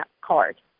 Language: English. card